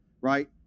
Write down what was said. right